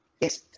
Yes